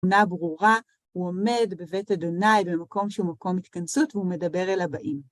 תמונה ברורה, הוא עומד בבית ה' במקום שהוא מקום התכנסות והוא מדבר אל הבאים.